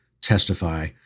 testify